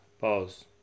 Pause